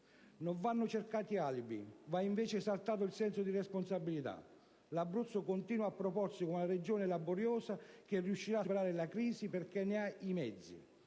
Non vanno cercati alibi; va invece esaltato il senso di responsabilità. L'Abruzzo continua a proporsi come una Regione laboriosa, che riuscirà a superare la crisi, perché ne ha i mezzi,